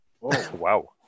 Wow